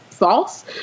false